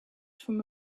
from